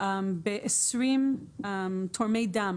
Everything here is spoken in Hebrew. ב-20 תורמי דם.